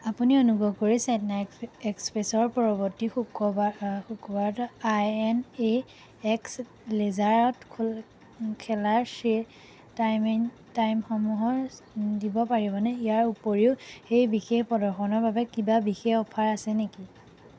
আপুনি অনুগ্ৰহ কৰি চেন্নাই এক্সপ্ৰেছৰ পৰৱৰ্তী শুক্ৰবাৰ শুক্ৰবাৰত আই এন এ এক্স লেজাৰত খেলাৰ শ্ব' টাইমিং টাইমসমূহৰ দিব পাৰিবনে ইয়াৰ উপৰিও সেই বিশেষ প্ৰদৰ্শনৰ বাবে কিবা বিশেষ অফাৰ আছে নেকি